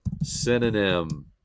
Synonym